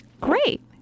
Great